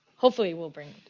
hopefully, we'll bring